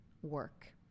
work